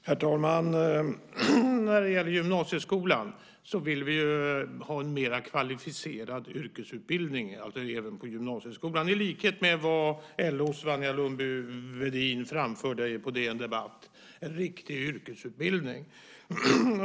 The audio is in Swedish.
Herr talman! När det gäller gymnasieskolan vill vi ha en mer kvalificerad yrkesutbildning, alltså även på gymnasieskolan, i likhet med vad LO:s Wanja Lundby-Wedin framförde på DN Debatt - en riktig yrkesutbildning.